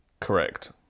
Correct